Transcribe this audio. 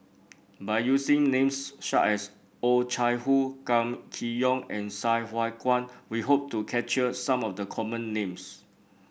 by using names such as Oh Chai Hoo Kam Kee Yong and Sai Hua Kuan we hope to capture some of the common names